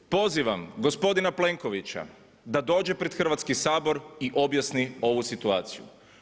Pozivam gospodina Plenkovića da dođe pred Hrvatski sabor i objasni ovu situaciju.